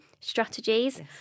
strategies